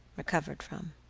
recovered from.